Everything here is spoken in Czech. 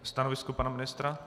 Stanovisko pana ministra?